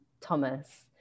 Thomas